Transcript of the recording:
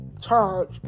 charge